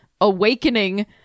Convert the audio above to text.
awakening